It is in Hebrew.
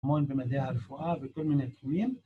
מון במדעי הרפואה בכל מיני תחומים